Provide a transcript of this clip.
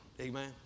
Amen